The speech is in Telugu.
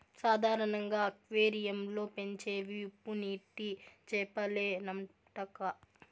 సాధారణంగా అక్వేరియం లో పెంచేవి ఉప్పునీటి చేపలేనంటక్కా